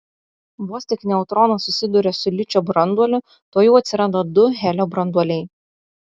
vos tik neutronas susiduria su ličio branduoliu tuojau atsiranda du helio branduoliai